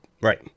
Right